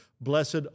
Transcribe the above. blessed